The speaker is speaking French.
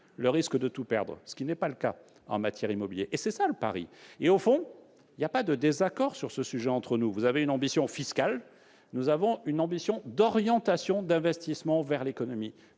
celui de tout perdre, ce qui n'est pas le cas en matière immobilière et c'est là le pari ! Au fond, il n'y a pas de désaccord sur ce sujet entre nous. Vous avez une ambition fiscale. Nous avons une ambition d'orientation d'investissements vers l'économie,